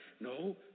No